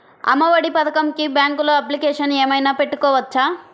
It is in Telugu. అమ్మ ఒడి పథకంకి బ్యాంకులో అప్లికేషన్ ఏమైనా పెట్టుకోవచ్చా?